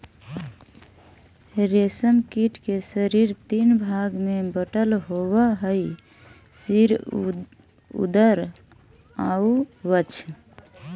रेशम कीट के शरीर तीन भाग में बटल होवऽ हइ सिर, उदर आउ वक्ष